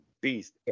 beast